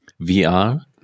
VR